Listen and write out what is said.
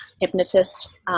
hypnotist